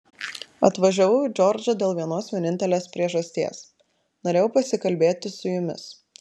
atvažiavau į džordžą dėl vienos vienintelės priežasties norėjau pasikalbėti su jumis